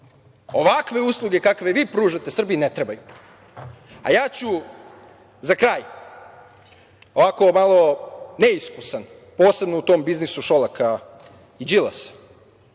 Ovakve usluge kakve vi pružate Srbiji ne trebaju. Ja ću za kraj ovako malo neiskusan, posebno u tom biznisu Šolaka i Đilasa,